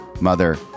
mother